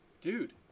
Dude